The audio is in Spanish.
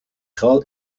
halle